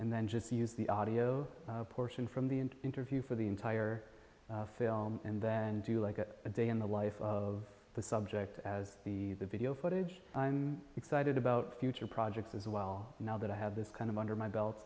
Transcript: and then just use the audio portion from the interview for the entire film and then do like it a day in the life of the subject as the video footage excited about future projects as well now that i have this kind of under my belt